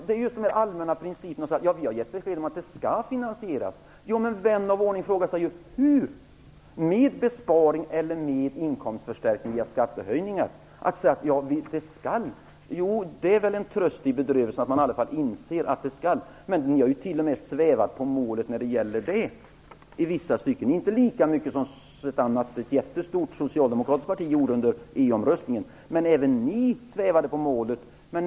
Fru talman! Isa Halvarsson säger att Folkpartiet har gett besked om att medlemskapet skall finansieras. Men vän av ordning frågar sig: Hur - med besparingar eller med inkomstförstärkning via skattehöjningar? Det är väl en tröst i bedrövelsen att man i alla fall inser att det skall finansieras. Men ni har t.o.m. svävat på målet när det gäller det i vissa stycken. Inte lika mycket som ett annat, jättestort socialdemokratiskt parti gjorde under tiden fram till EU-omröstningen, men även ni svävade på målet.